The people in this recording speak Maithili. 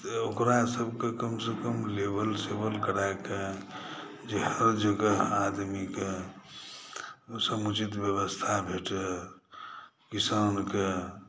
ओकरा सब के कम सँ कम लेबल सेबल करा कए जगह जगह आदमी के समुचित व्यवस्था भेटै किसान के